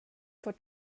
for